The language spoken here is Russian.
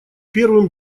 первым